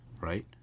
right